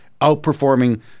outperforming